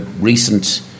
recent